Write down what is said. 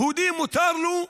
יהודי, מותר לו,